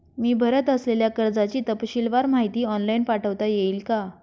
मी भरत असलेल्या कर्जाची तपशीलवार माहिती ऑनलाइन पाठवता येईल का?